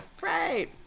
Right